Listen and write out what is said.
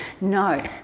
no